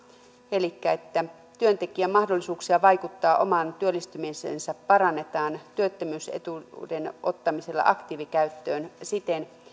elikkä että työntekijän mahdollisuuksia vaikuttaa omaan työllistymiseensä parannetaan työttömyysetuuden ottamisella aktiivikäyttöön siten